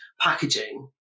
packaging